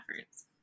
efforts